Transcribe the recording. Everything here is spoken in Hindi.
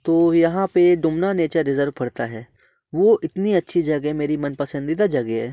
तो यहाँ पे डुमना नेचर रिजर्व पड़ता है वो इतनी अच्छी जगह मेरी मन पसंदीदा जगह है